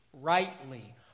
rightly